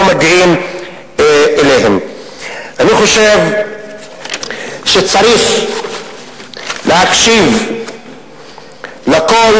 אני חושב שצריך להקשיב לקול